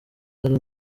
yari